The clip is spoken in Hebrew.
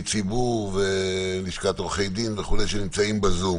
ציבור ולשכת עורכי הדין ועוד שנמצאים בזום.